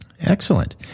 excellent